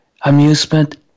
amusement